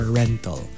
rental